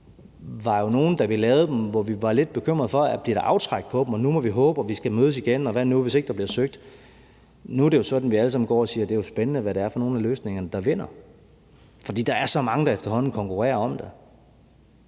og andet, at de, da vi lavede dem, var nogle, hvor vi var lidt bekymrede for, om der ville blive aftræk på dem; at nu måtte vi håbe, at vi skulle mødes igen, eller hvad nu hvis der ikke blev søgt? Nu er det er jo sådan, at vi alle sammen går og siger, at det er spændende, hvad det er for nogle af løsningerne, der vinder, fordi der er så mange, der efterhånden konkurrerer om det,